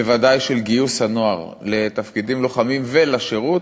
ודאי של גיוס הנוער לתפקידים לוחמים ולשירות.